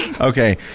Okay